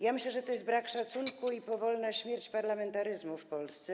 Ja myślę, że to jest brak szacunku i powolna śmierć parlamentaryzmu w Polsce.